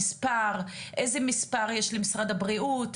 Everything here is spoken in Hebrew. איזה מספר יש למשרד הבריאות,